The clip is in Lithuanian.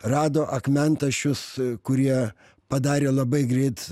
rado akmentašius kurie padarė labai greit